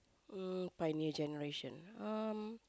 um pioneer generation um